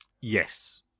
Yes